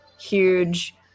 huge